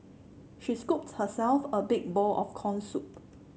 she scooped herself a big bowl of corn soup